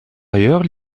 ailleurs